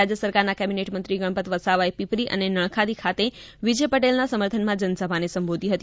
રાજ્ય સરકારના કેબિનેટ મંત્રી ગણપત વસાવા પીપરી અને નણખાદી ખાતે વિજય પટેલના સમર્થનમાં જનસભાને સંબોધી હતી